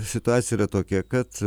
situacija yra tokia kad